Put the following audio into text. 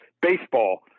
Baseball